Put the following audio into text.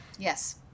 Yes